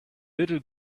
little